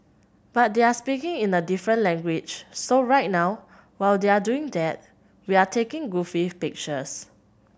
but they're speaking in a different language so right now while they're doing that we're taking goofy pictures